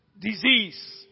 disease